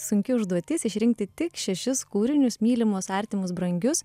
sunki užduotis išrinkti tik šešis kūrinius mylimus artimus brangius